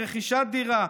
רכישת דירה,